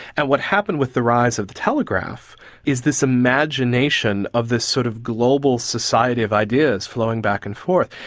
and what happened with the rise of the telegraph is this imagination of this sort of global society of ideas flowing back and forth,